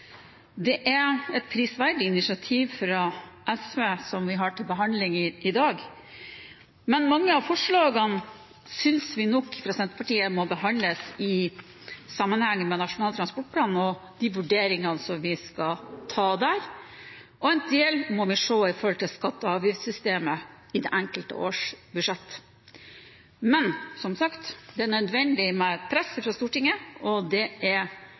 Det er et prisverdig initiativ fra SV vi har til behandling i dag, men vi fra Senterpartiet synes nok at mange av forslagene må behandles i sammenheng med Nasjonal transportplan og de vurderingene som vi skal gjøre der, og en del må vi se i forhold til skatte- og avgiftssystemet i det enkelte års budsjett. Men som sagt, det er nødvendig med et press fra Stortinget, og det er